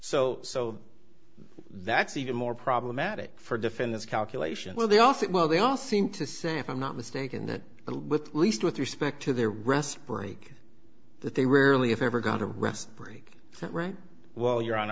so so that's even more problematic for defendants calculation will they all sit well they all seem to say if i'm not mistaken that with least with respect to their rest break that they rarely if ever going to rest break right well your hon